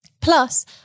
Plus